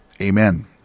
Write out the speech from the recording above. amen